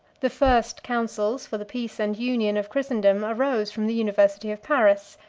the first counsels for the peace and union of christendom arose from the university of paris,